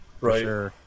right